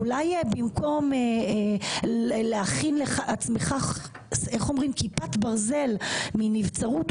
אולי במקום להכין לעצמך כיפת ברזל מנבצרות,